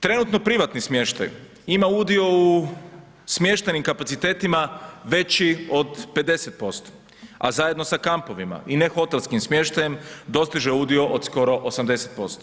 Trenutno privatni smještaj ima udio u smještajnim kapacitetima veći od 50%, a zajedno sa kampovima i ne hotelskim smještajem dostiže udio od skoro 80%